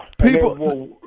people